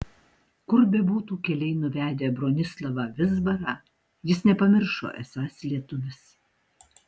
kur bebūtų keliai nuvedę bronislavą vizbarą jis nepamiršo esąs lietuvis